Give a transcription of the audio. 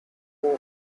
their